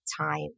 time